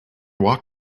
walk